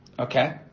Okay